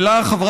ולך,